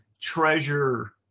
treasure